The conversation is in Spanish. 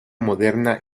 moderna